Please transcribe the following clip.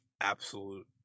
Absolute